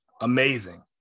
amazing